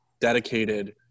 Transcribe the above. dedicated